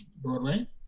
Broadway